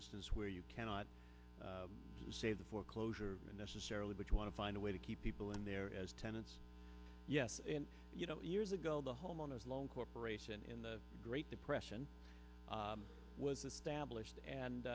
instance where you cannot say the foreclosure necessarily but you want to find a way to keep people in there as tenants yes you know years ago the homeowners loan corporation in the great depression was